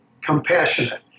compassionate